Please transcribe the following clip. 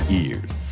ears